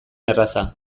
erraza